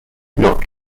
not